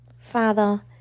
Father